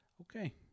Okay